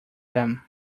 them